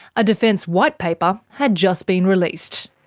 a defence white paper had just been released.